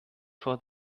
for